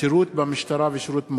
שטרית בלי לשנות את תוצאות ההצבעה.